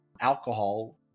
alcohol